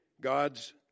God's